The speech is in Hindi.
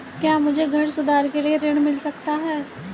क्या मुझे घर सुधार के लिए ऋण मिल सकता है?